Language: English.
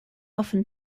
often